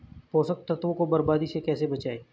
पोषक तत्वों को बर्बादी से कैसे बचाएं?